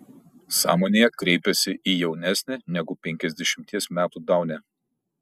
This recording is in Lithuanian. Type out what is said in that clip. sąmonėje kreipiasi į jaunesnę negu penkiasdešimties metų daunę